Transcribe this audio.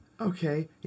okay